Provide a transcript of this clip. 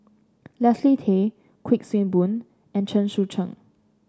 Leslie Tay Kuik Swee Boon and Chen Sucheng